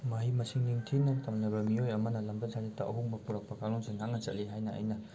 ꯃꯍꯩ ꯃꯁꯤꯡ ꯅꯤꯡꯊꯤꯅ ꯇꯝꯂꯕ ꯃꯤꯑꯣꯏ ꯑꯃꯅ ꯂꯝꯆꯠ ꯁꯥꯖꯠꯇ ꯑꯍꯣꯡꯕ ꯄꯨꯔꯛꯄ ꯀꯥꯡꯂꯣꯟꯁꯤꯡ ꯉꯥꯛꯅ ꯆꯠꯂꯤ ꯍꯥꯏꯅ ꯑꯩꯅ